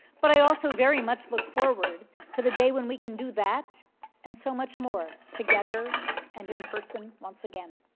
but i also very much look forward to the day when we can do that and so much more together and in person once again.